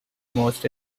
most